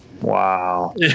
Wow